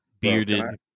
bearded